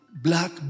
black